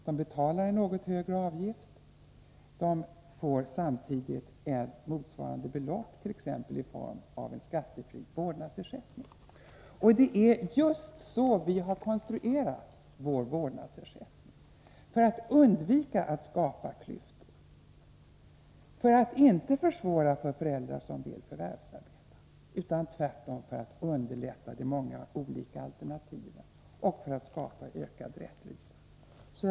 De betalar en något högre avgift, men får samtidigt motsvarande belopp, t.ex. i form av en skattefri vårdnadsersättning. Det är just så vi har konstruerat vår vårdnadsersättning, för att bidra till att minska klyftorna i fråga om stöd utan att samtidigt försvåra för föräldrar som vill förvärvsarbeta. Det skulle tvärtom underlätta tillkomsten av många olika alternativ och skapa ökad rättvisa.